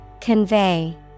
Convey